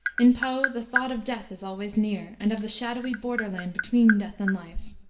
in poe the thought of death is always near, and of the shadowy borderland between death and life.